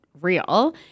Real